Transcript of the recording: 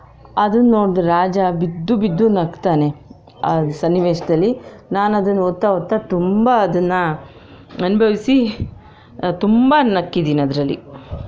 ಅದನ್ನು ನೋಡ್ದ ರಾಜ ಬಿದ್ದು ಬಿದ್ದು ನಗ್ತಾನೆ ಆ ಸನ್ನಿವೇಶದಲ್ಲಿ ನಾನು ಅದನ್ನು ಓದ್ತಾ ಓದ್ತಾ ತುಂಬ ಅದನ್ನ ಅನುಭವ್ಸಿ ತುಂಬ ನಕ್ಕಿದೀನಿ ಅದರಲ್ಲಿ